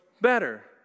better